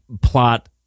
plot